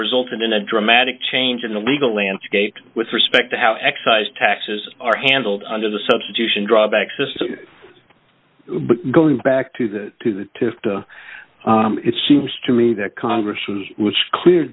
resulted in a dramatic change in the legal landscape with respect to how excise taxes are handled under the substitution drawback system but going back to the two that it seems to me that congress was clear